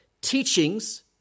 teachings